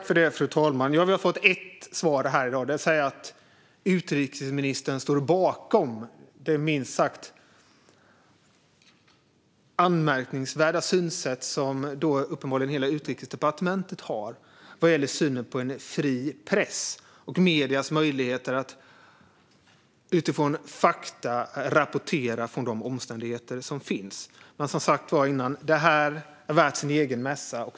Fru talman! Vi har fått ett svar här i dag. Det är att utrikesministern står bakom det minst sagt anmärkningsvärda synsätt som uppenbarligen hela Utrikesdepartementet har vad gäller synen på en fri press och mediers möjligheter att utifrån fakta rapportera från de omständigheter som finns. Detta är som sagt värt sin egen mässa.